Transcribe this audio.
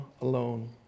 alone